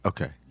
Okay